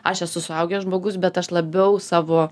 aš esu suaugęs žmogus bet aš labiau savo